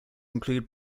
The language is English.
include